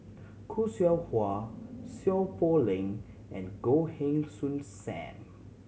Khoo Seow Hwa Seow Poh Leng and Goh Heng Soon Sam